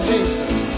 Jesus